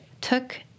took